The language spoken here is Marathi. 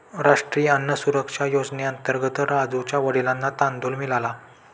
राष्ट्रीय अन्न सुरक्षा योजनेअंतर्गत राजुच्या वडिलांना तांदूळ मिळाला